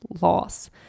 loss